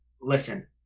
Listen